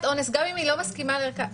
אונס וגם אם היא לא מסכימה להידגם,